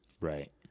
Right